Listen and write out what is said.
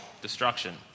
Destruction